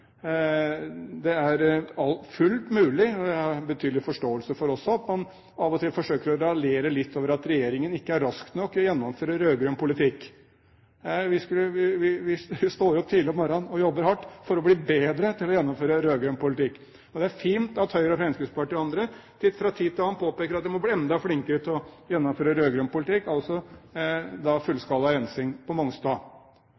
området. Det er fullt mulig, og jeg har betydelig forståelse for at man av og til forsøker å raljere litt over det, at regjeringen ikke er rask nok til å gjennomføre rød-grønn politikk. Vi står opp tidlig om morgenen og jobber hardt for å bli bedre til å gjennomføre rød-grønn politikk. Det er fint at Høyre og Fremskrittspartiet og andre fra tid til annen påpeker at vi må bli enda flinkere til å gjennomføre rød-grønn politikk, altså